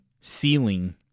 ceiling